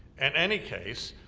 and any case,